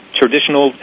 traditional